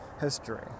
history